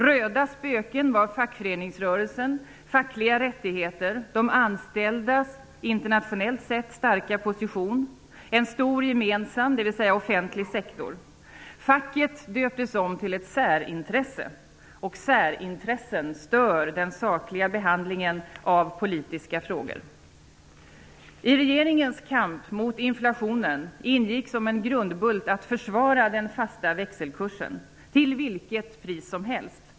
Röda spöken var fackföreningsrörelsen, fackliga rättigheter, de anställdas internationellt sett starka position och en stor gemensam, dvs. offentlig, sektor. Facket döptes om till ett särintresse, och särintressen stör den sakliga behandlingen av politiska frågor. I regeringens kamp mot inflationen ingick som en grundbult att försvara den fasta växelkursen till vilket pris som helst.